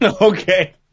Okay